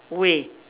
way